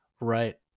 Right